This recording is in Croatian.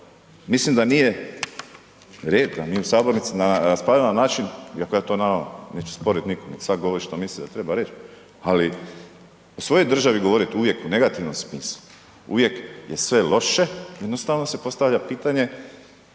mislim da nije red u da mi u sabornici raspravljamo na način iako ja to naravno neću sporiti nikome, neka svatko govori što misli da treba reći. Ali o svojoj državi govoriti uvijek o negativnom smislu, uvijek je sve loše, jednostavno se postavlja pitanje